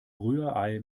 rührei